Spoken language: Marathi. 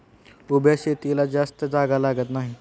उभ्या शेतीला जास्त जागा लागत नाही